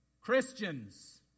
Christians